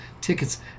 tickets